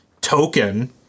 token